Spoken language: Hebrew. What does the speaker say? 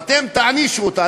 ואתם תענישו אותה,